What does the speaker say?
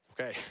okay